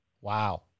Wow